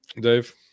Dave